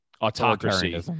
autocracy